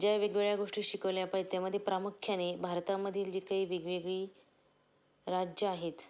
ज्या वेगवेगळ्या गोष्टी शिकवल्या पाहिजे त्यामध्ये प्रामुख्याने भारतामधील जी काही वेगवेगळी राज्यं आहेत